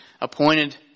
appointed